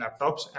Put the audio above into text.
laptops